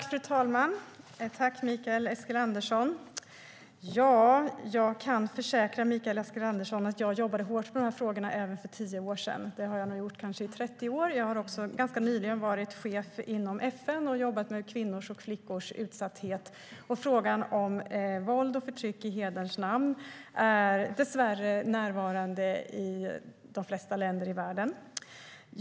Fru talman! Tack, Mikael Eskilandersson! Jag kan försäkra Mikael Eskilandersson att jag jobbade hårt med de här frågorna även för tio år sedan. Det har jag gjort i kanske 30 år. Jag har också ganska nyligen varit chef inom FN och jobbat med kvinnors och flickors utsatthet, och frågan om våld och förtryck i hederns namn är dessvärre närvarande i de flesta länder i världen.